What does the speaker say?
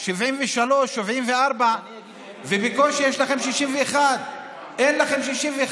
74-73, ובקושי יש לכם 61. אין לכם 61,